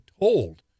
told